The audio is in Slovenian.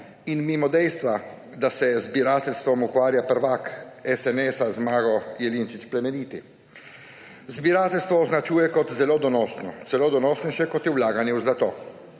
in mimo dejstva, da se z zbirateljstvom ukvarja prvak SNS Zmago Jelinčič Plemeniti. Zbirateljstvo označuje kot zelo donosno, celo donosnejše kot je vlaganje v zlato.